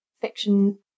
fiction